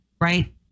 Right